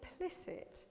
implicit